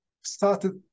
started